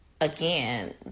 again